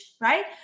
Right